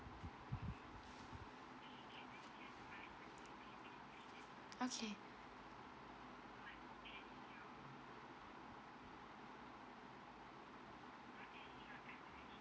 okay